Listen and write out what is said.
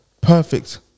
Perfect